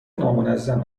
نامنظم